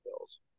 Bills